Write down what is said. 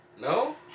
No